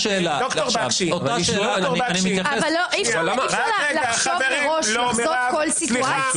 אבל אי אפשר לחשוב מראש לכסות כל סיטואציה.